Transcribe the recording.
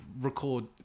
record